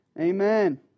Amen